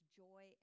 joy